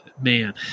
man